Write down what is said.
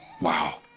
wow